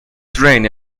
drained